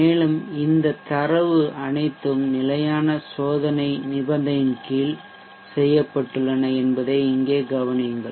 மேலும் இந்த தரவு அனைத்தும் நிலையான சோதனை நிபந்தனையின் கீழ் செய்யப்பட்டுள்ளன என்பதை இங்கே கவனியுங்கள்